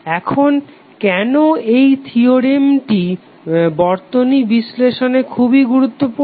এখন কেন এই থিওরেমটি বর্তনী বিশ্লেষণে খুবই গুরুত্বপূর্ণ